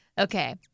Okay